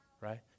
right